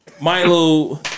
Milo